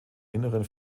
inneren